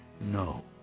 no